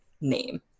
name